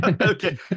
Okay